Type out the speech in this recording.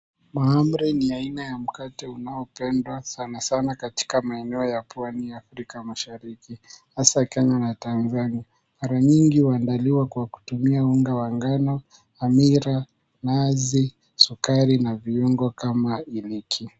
Mahamri ni aina ya mkate unaopendwa sana sana katika maeneo ya Pwani ya Afrika Mashariki, hasa Kenya na Tanzania. Mara nyingi huandaliwa kwa kutumia unga wa ngano, hamira, nazi, sukari na viungo kama iliki.